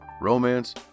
romance